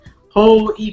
whole